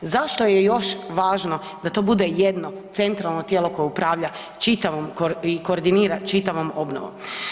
Zašto je još važno da to bude jedno centralno tijelo koje upravlja čitavom i koordinira čitavom obnovom?